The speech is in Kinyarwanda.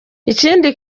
ikindi